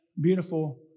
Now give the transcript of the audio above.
Beautiful